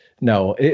No